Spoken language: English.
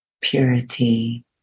purity